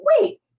wait